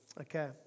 Okay